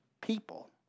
people